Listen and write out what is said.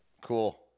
Cool